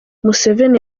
museveni